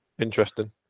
Interesting